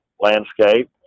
landscape